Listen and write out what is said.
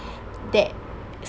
that